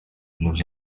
los